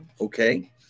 Okay